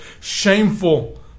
shameful